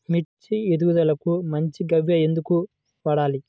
మిర్చి ఎదుగుదలకు పంచ గవ్య ఎందుకు వాడాలి?